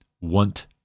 want